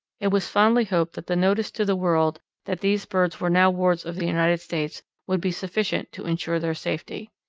it was fondly hoped that the notice to the world that these birds were now wards of the united states would be sufficient to insure their safety.